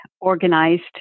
organized